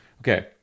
okay